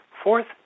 Fourth